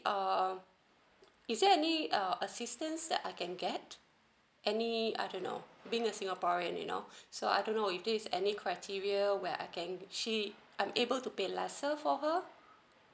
uh is there any uh assistance that I can get any I don't know being a singaporean you know so I don't know if this any criteria where I can she I'm able to pay lesser so for her